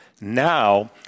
Now